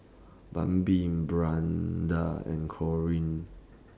Bambi Brianda and Corine